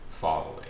following